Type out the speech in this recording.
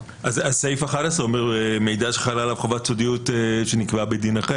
פסקה (11) אומרת "מידע שחלה עליו חובת סודיות שנקבעה בדין".